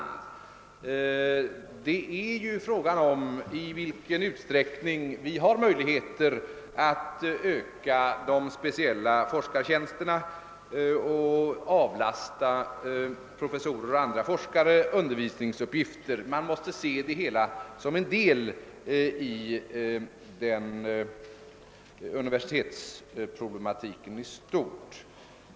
Det gäller här i vilken utsträckning vi har möjligheter att öka de speciella forskartjänsterna och avlasta professorer och andra forskare undervisningsuppgifter. Man måste se det hela som en del i universitetsproblematiken i stort.